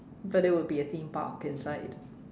but it would be a theme park inside